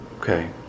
Okay